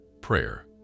prayer